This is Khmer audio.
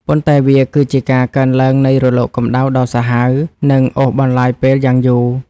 ប៉ុន្តែវាគឺជាការកើនឡើងនៃរលកកម្ដៅដ៏សាហាវ និងអូសបន្លាយពេលយ៉ាងយូរ។